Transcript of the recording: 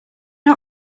are